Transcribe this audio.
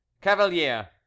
cavalier